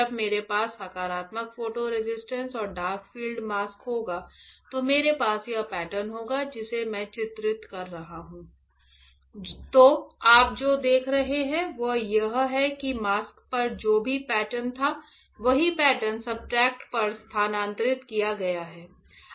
जब मेरे पास सकारात्मक फोटो रेसिस्ट और डार्क फील्ड मास्क होगा तो मेरे पास यह पैटर्न होगा जिसे मैं चित्रित कर रहा हूँ तो आप जो देख रहे हैं वह यह है कि मास्क पर जो भी पैटर्न था वही पैटर्न सब्सट्रेट पर स्थानांतरित किया गया है